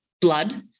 blood